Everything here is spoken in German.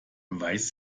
weiß